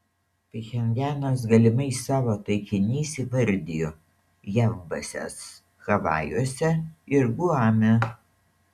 pchenjanas galimais savo taikiniais įvardijo jav bazes havajuose ir guame